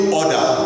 order